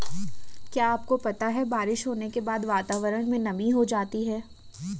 क्या आपको पता है बारिश होने के बाद वातावरण में नमी हो जाती है?